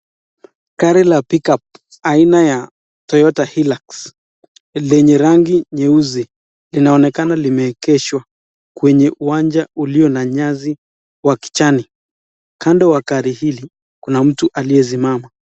Gari la pickup aina ya Toyota Hilux lenye rangi nyeusi inaonekana limeegeshwa kwenye uwanja ulio na nyasi wa kichani. Kando wa gari hili kuna mtu aliyesimama.